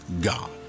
God